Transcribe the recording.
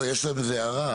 יש להם הערה.